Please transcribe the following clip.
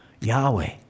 Yahweh